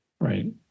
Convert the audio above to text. Right